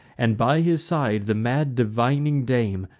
and by his side the mad divining dame,